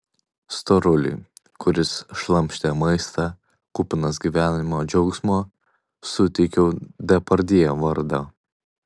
storuliui kuris šlamštė maistą kupinas gyvenimo džiaugsmo suteikiau depardjė vardą